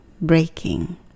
breaking